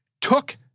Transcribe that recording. Took